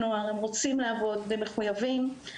שרוצים לעבוד ושהם מחויבים.